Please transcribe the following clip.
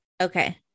Okay